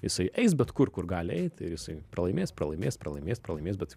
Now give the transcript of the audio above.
jisai eis bet kur kur gali eit ir jisai pralaimės pralaimės pralaimės pralaimės bet